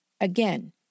Again